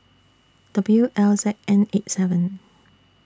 W L Z N eight seven